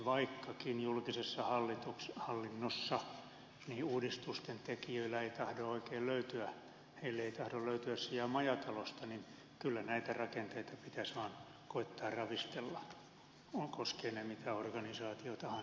vaikkakin julkisessa hallinnossa niille uudistusten tekijöille ei tahdo oikein löytyä sijaa majatalosta niin kyllä näitä rakenteita pitäisi vaan koettaa ravistella koskevat ne mitä organisaatiota tahansa